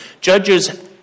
judges